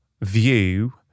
view